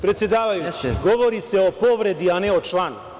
Predsedavajući, govori se o povredi, a ne o članu.